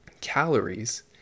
calories